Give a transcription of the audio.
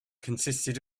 consisted